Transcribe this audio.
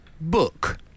book